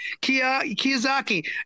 Kiyosaki